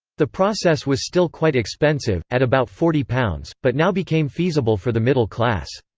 the process was still quite expensive, at about forty pounds, but now became feasible for the middle class.